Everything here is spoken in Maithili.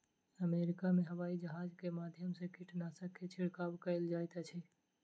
अमेरिका में हवाईजहाज के माध्यम से कीटनाशक के छिड़काव कयल जाइत अछि